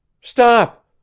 stop